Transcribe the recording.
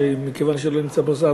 שמכיוון שלא נמצא פה שר,